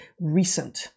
recent